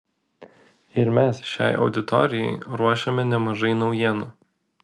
ir mes šiai auditorijai ruošiame nemažai naujienų